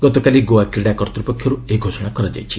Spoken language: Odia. ଗତକାଲି ଗୋଆ କ୍ରୀଡ଼ା କର୍ତ୍ତପକ୍ଷର୍ ଏହା ଘୋଷଣା କରାଯାଇଛି